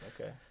okay